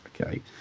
Okay